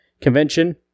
convention